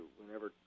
whenever